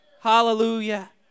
Hallelujah